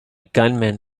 gunman